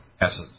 essence